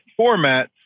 formats